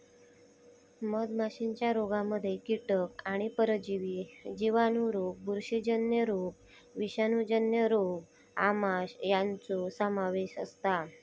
मधमाशीच्या रोगांमध्ये कीटक आणि परजीवी जिवाणू रोग बुरशीजन्य रोग विषाणूजन्य रोग आमांश यांचो समावेश असता